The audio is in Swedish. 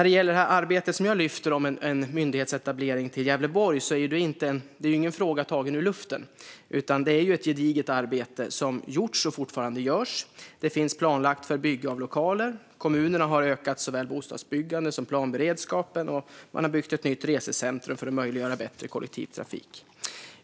Det arbete jag lyfter fram när det gäller en myndighetsetablering i Gävleborg är inte en fråga som är tagen ur luften, utan det är ett gediget arbete som har gjorts och som fortfarande görs. Det är planlagt för att bygga lokaler. Kommunerna har ökat såväl bostadsbyggandet som planberedskapen, och man har byggt ett nytt resecentrum för att möjliggöra bättre kollektivtrafik.